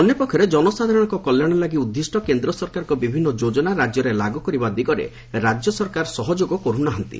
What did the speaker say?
ଅନ୍ୟ ପକ୍ଷରେ ଜନସାଧାରଣଙ୍କ କଲ୍ୟାଣ ଲାଗି ଉଦ୍ଧିଷ କେନ୍ଦ୍ର ସରକାରଙ୍କ ବିଭିନ୍ନ ଯୋଜନା ରାକ୍ୟରେ ଲାଗୁ କରିବା ଦିଗରେ ରାଜ୍ୟ ସରକାର ସହଯୋଗ କରୁନାହାନ୍ତି